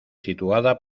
situada